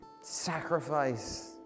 sacrifice